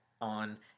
on